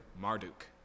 Marduk